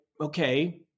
okay